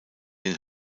den